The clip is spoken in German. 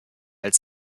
als